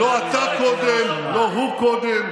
תעצור את שמחה רוטמן.